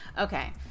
Okay